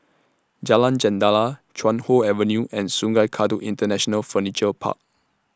Jalan Jendela Chuan Hoe Avenue and Sungei Kadut International Furniture Park